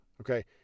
Okay